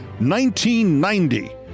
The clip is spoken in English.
1990